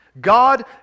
God